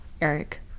eric